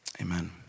amen